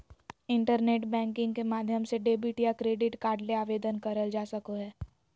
internet banking के माध्यम से डेबिट या क्रेडिट कार्ड ले आवेदन करल जा सको हय